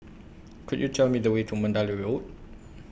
Could YOU Tell Me The Way to Mandalay Road